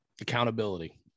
Accountability